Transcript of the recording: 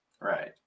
right